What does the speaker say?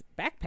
backpack